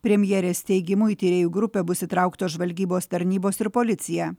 premjerės teigimu į tyrėjų grupę bus įtrauktos žvalgybos tarnybos ir policija